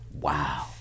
Wow